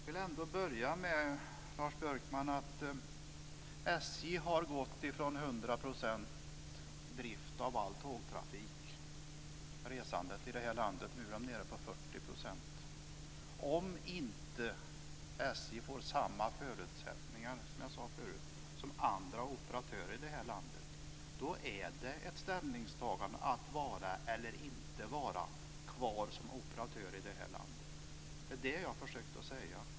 Fru talman! SJ har gått från 100 % drift av allt tågresande i landet. Nu är man nere på 40 %. Om inte SJ får samma förutsättningar som andra operatörer här i landet handlar ställningstagandet om att vara eller icke vara kvar som operatör. Det var det som jag försökte att säga.